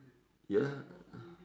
ya